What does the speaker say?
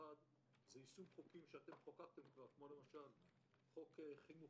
אחד זה יישום חוקים שאתם חוקקתם כבר כמו חוק חינוך